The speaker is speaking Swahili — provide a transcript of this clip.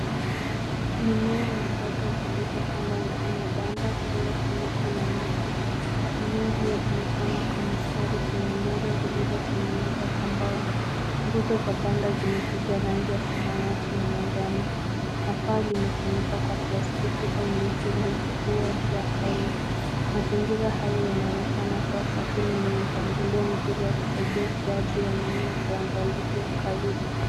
Mimea ya mboga zilizopandwa ndani ya banda lilofunikwa na miti. Mimea iyo imepangwa kwa mistari kwenye meza zilizotengenezwa kwa mbao, nguzo za banda zimepigwa rangi ya samawati na manjano na paa limefunikwa kwa plastiki au neti ili kuzuia jua kali. Mazingira hayo yanaonekana kua safi na yenye mpangilio mzuri wa kusaidia ukueaji wa mimea kwa uangalizi wa karibu.